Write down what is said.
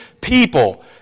people